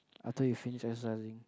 after you finish exercising